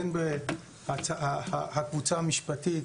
הן הקבוצה המשפטית,